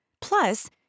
Plus